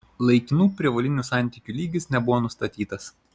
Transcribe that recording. laikinų prievolinių santykių lygis nebuvo nustatytas